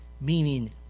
meaning